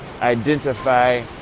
identify